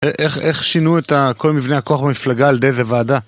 איך שינו את כל מבנה הכוח במפלגה על ידי איזה ועדה?